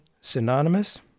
synonymous